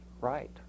right